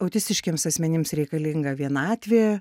autistiškiems asmenims reikalinga vienatvė